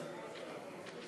התשע"ז 2016,